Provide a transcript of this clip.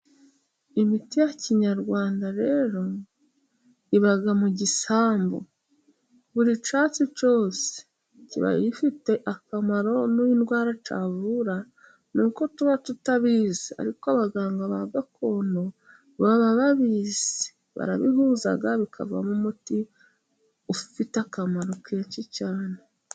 Imiti ya kinyarwanda rero iba mu gisambu buri cyatsi cyose kiba gifi akamaro n'indwara cyavura ni uko tuba tutabizi, ariko abaganga ba gakondo baba babizi barabihuza bikavamo umuti ufite akamaro kenshi cyane.